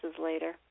later